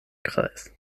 kreis